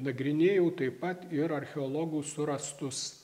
nagrinėjau taip pat ir archeologų surastus